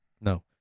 No